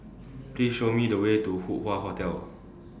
Please Show Me The Way to Hup Hoe Hotel